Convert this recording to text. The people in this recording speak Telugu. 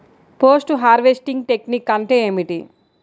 పోస్ట్ హార్వెస్టింగ్ టెక్నిక్ అంటే ఏమిటీ?